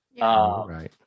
right